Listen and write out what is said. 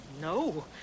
No